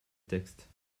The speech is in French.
texte